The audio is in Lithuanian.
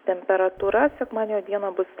temperatūra sekmadienio dieną bus